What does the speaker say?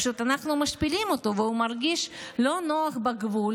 פשוט אנחנו משפילים אותו והוא מרגיש לא נוח בגבול